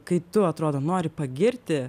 kai tu atrodo nori pagirti